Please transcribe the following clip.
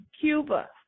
Cuba